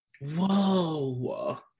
whoa